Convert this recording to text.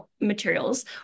materials